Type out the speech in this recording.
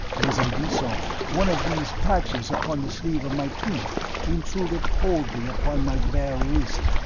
as i did so one of these patches upon the sleeve of my tunic intruded coldly upon my bare wrist.